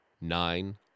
nine